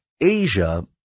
Asia